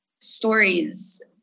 stories